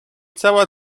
cała